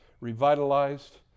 revitalized